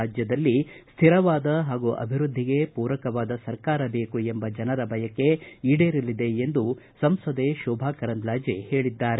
ರಾಜ್ಯದಲ್ಲಿ ಸ್ವಿರವಾದ ಹಾಗೂ ಅಭಿವೃದ್ದಿಗೆ ಪೂರಕವಾದ ಸರ್ಕಾರ ಬೇಕು ಎಂಬ ಜನರ ಬಯಕೆ ಈಡೇರಲಿದೆ ಎಂದು ಸಂಸದೆ ಶೋಭಾ ಕರಂದ್ಲಾಜೆ ಹೇಳಿದ್ದಾರೆ